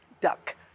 Duck